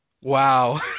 Wow